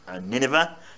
Nineveh